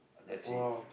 that's it